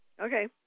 Okay